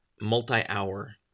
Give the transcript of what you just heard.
multi-hour